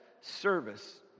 service